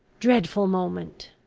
dreadful moment!